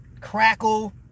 crackle